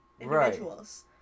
individuals